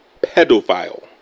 pedophile